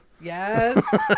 Yes